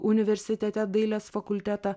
universitete dailės fakultetą